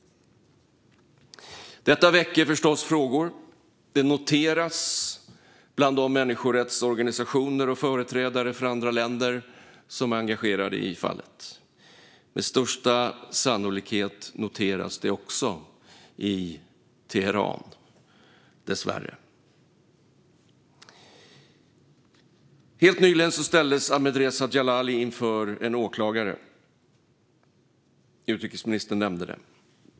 Detta väcker förstås frågor. Det noteras bland de människorättsorganisationer och företrädare för andra länder som är engagerade i fallet. Med största sannolikhet noteras det också i Teheran - dessvärre. Helt nyligen ställdes Ahmadreza Djalali inför en åklagare. Utrikesministern nämnde detta.